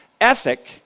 ethic